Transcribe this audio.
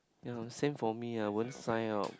ya same for me I won't sign up